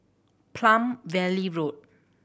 Palm Valley Road